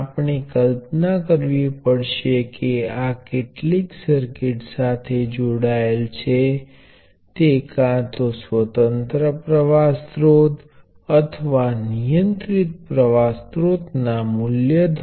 હવે ચાલો કહી દઈએ કે હું આને અહીં થી તોડી નાખું છું અને તેને પ્ર્વાહ નિયંત્રિત વોલ્ટેજ સ્ત્રોત થી કનેક્ટ કરીશ